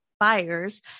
buyers